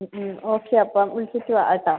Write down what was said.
okay അപ്പം വിളിച്ചിട്ട് വാ കേട്ടോ